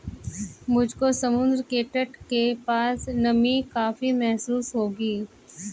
तुमको समुद्र के तट के पास नमी काफी महसूस होगी